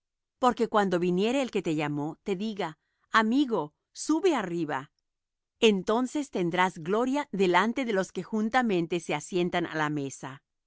porque cuando viniere el que te llamó te diga amigo sube arriba entonces tendrás gloria delante de los que juntamente se asientan á la mesa